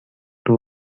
two